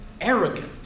arrogant